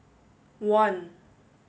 one